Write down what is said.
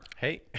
Hey